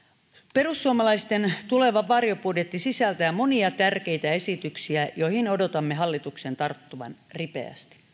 perussuomalaisten tuleva varjobudjetti sisältää monia tärkeitä esityksiä joihin odotamme hallituksen tarttuvan ripeästi